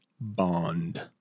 Bond